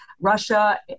Russia